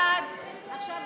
נגד